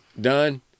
done